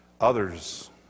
others